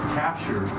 capture